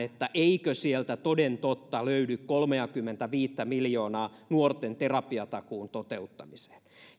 eikö sieltä toden totta löydy kolmeakymmentäviittä miljoonaa nuorten terapiatakuun toteuttamiseen